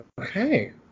Okay